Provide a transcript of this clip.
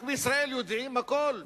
רק בישראל יודעים הכול,